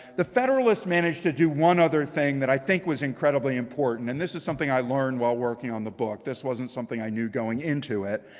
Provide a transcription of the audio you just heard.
the federalists managed to do one other thing that i think was incredibly important. and this is something i learned while working on the book. this wasn't something i knew going into it.